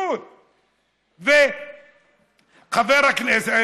וחבר הכנסת,